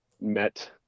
met